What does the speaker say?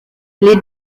les